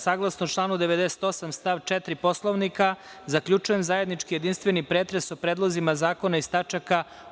Saglasno članu 98. stav 4. Poslovnika, zaključujem zajednički jedinstveni pretres o predlozima zakona iz tač.